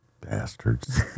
Bastards